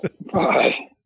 Bye